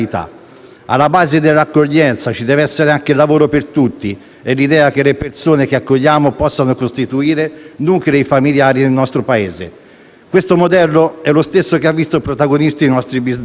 Alla base dell'accoglienza ci deve essere anche il lavoro per tutti e l'idea che le persone che accogliamo possano costituire nuclei familiari nel nostro Paese. Questo modello è lo stesso che ha visto protagonisti i nostri bisnonni